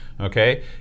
Okay